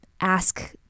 ask